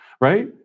right